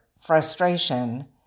frustration